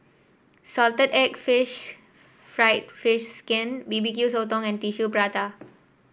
Salted Egg fish fried fish skin B B Q Sotong and Tissue Prata